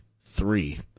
three